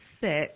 sit